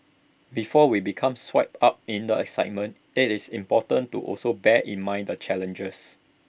before we become swept up in the excitement IT is important to also bear in mind the challenges